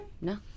No